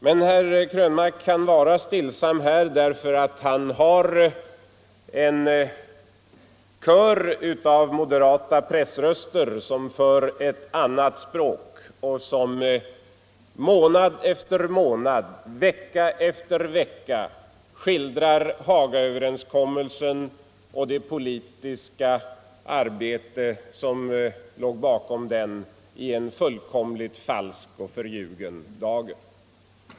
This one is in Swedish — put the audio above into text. Men herr Krönmark kan vara stillsam här i kammaren, eftersom han har en kör av moderata pressröster som för ett annat språk och som vecka efter vecka, månad efter månad skildrar Hagaöverenskommelsen och det politiska arbete som låg bakom den i en fullständigt falsk och förljugen dager.